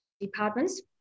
departments